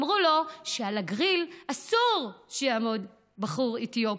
אמרו לו שעל הגריל אסור שיעמוד בחור אתיופי.